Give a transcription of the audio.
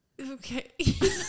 Okay